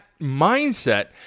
mindset